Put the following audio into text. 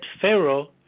Pharaoh